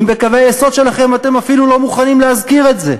אם בקווי היסוד שלכם אתם אפילו לא מוכנים להזכיר את זה?